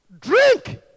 Drink